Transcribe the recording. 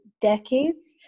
decades